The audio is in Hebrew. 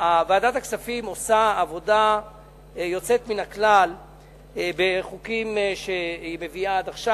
ועדת הכספים עושה עבודה יוצאת מן הכלל בחוקים שהיא מביאה עד עכשיו,